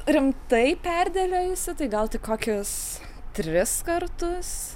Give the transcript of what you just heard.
rimtai perdėliojusi tai gal tik kokius tris kartus